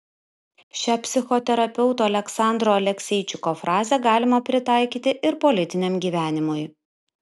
šią psichoterapeuto aleksandro alekseičiko frazę galima pritaikyti ir politiniam gyvenimui